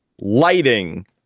lighting